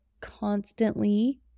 constantly